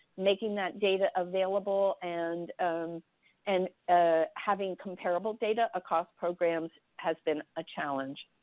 making that data available and um and ah having comparable data across programs has been a challenge.